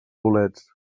bolets